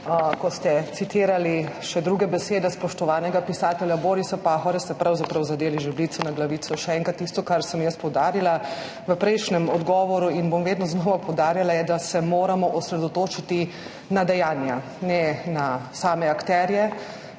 ko ste citirali še druge besede spoštovanega pisatelja Borisa Pahorja, ste pravzaprav zadeli žebljico na glavico. Še enkrat, tisto, kar sem jaz poudarila v prejšnjem odgovoru in bom vedno znova poudarjala, je, da se moramo osredotočiti na dejanja, ne na same akterje,